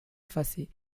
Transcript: fuzzy